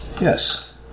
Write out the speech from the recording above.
Yes